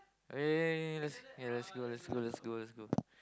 okay okay okay lets go lets go lets go lets go